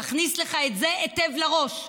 תכניס לך את זה היטב לראש.